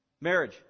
Marriage